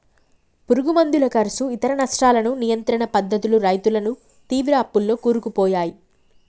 పురుగు మందుల కర్సు ఇతర నష్టాలను నియంత్రణ పద్ధతులు రైతులను తీవ్ర అప్పుల్లో కూరుకుపోయాయి